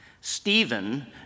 Stephen